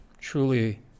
Truly